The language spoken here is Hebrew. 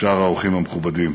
שאר האורחים המכובדים.